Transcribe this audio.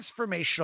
transformational